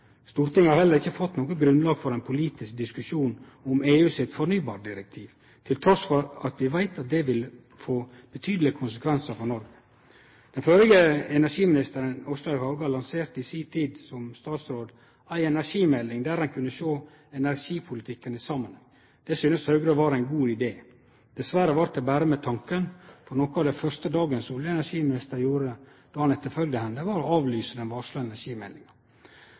Stortinget har heller ikkje fått noko grunnlag for ein politisk diskusjon om EU sitt fornybardirektiv, trass i at vi veit at det vil få betydelege konsekvensar for Noreg. Den førre energiministeren, Åslaug Haga, lanserte i si tid som statsråd ei energimelding, der ein kunne sjå energipolitikken i samanheng. Det syntest Høgre var ein god idé. Dessverre vart det berre med tanken, for noko av det første dagens olje- og energiminister gjorde då han etterfølgde henne, var å avlyse den varsla energimeldinga.